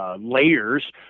Layers